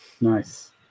nice